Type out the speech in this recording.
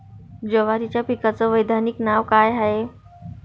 जवारीच्या पिकाचं वैधानिक नाव का हाये?